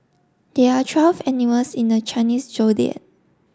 there are travel animals in the Chinese Zodiac